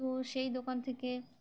তো সেই দোকান থেকে